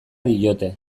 diote